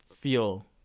feel